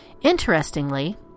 Interestingly